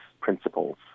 principles